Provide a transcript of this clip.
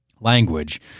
language